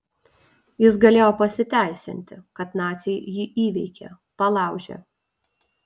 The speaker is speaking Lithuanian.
jis galėjo pasiteisinti kad naciai jį įveikė palaužė